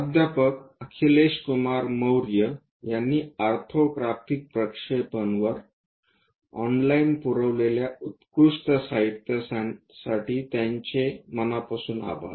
प्राध्यापक अखिलेशकुमार मौर्य यांनी ऑर्थोग्राफिक प्रक्षेपण वर ऑनलाईन पुरविलेल्या उत्कृष्ट साहित्यासाठी त्यांचे मनापासून आभार